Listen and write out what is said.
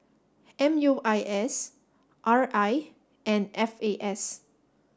M U I S R I and F A S